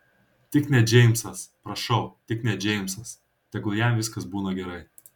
tik ne džeimsas prašau tik ne džeimsas tegul jam viskas būna gerai